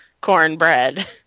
cornbread